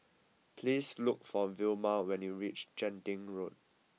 please look for Vilma when you reach Genting Road